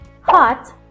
hot